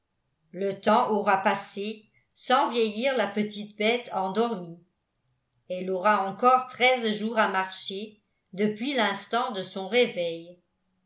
le temps aura passé sans vieillir la petite bête endormie elle aura encore treize jours à marcher depuis l'instant de son réveil